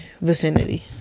vicinity